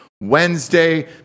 Wednesday